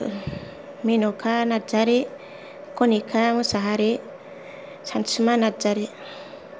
Maneka Narzary Kanika Mosahary Sansuma Narzary